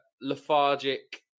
lethargic